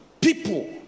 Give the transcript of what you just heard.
people